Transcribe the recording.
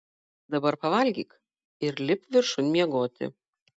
dabar pavalgyk ir lipk viršun miegoti